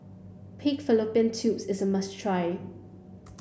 pig fallopian tubes is a must try